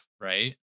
Right